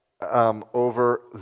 Over